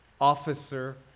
officer